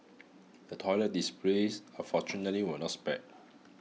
the toilet displays unfortunately were not spared